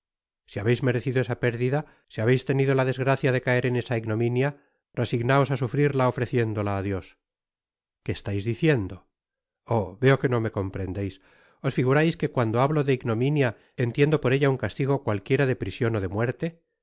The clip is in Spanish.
si habeis merecido esa pérdida si habeis tenido la desgracia de caer en esa ignominia resignaos á sufrirla ofreciéndola á dios qué estais diciendo oh veo que no me comprendeis os figurais que cuando hablo de ignominia entiendo por ella un castigo cualquiera de prision ó de muerte